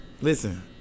Listen